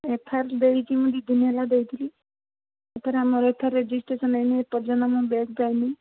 F I R ଦେଇଛି ମୁଁ ଦୁଇ ଦିନ ହେଲା ଦେଇଥିଲି ଏଥର ଆମର ଏଥର ରେଜିଷ୍ଟ୍ରେସନ ହେଇନି ଏପର୍ଯ୍ୟନ୍ତ ମୁଁ ବ୍ୟାଗ୍ ପାଇନି